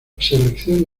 selección